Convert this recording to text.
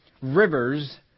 Rivers